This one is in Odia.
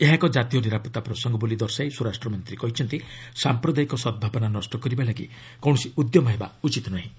ଏହା ଏକ ଜାତୀୟ ନିରାପତ୍ତା ପ୍ରସଙ୍ଗ ବୋଲି ଦର୍ଶାଇ ସ୍ୱରାଷ୍ଟ୍ରମନ୍ତ୍ରୀ କହିଛନ୍ତି ସାମ୍ପ୍ରଦାୟିକ ସଦ୍ଭାବନା ନଷ୍ଟ କରିବା ଲାଗି କୌଣସି ଉଦ୍ୟମ ହେବା ଉଚିତ ନୁହେଁ